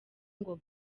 ngo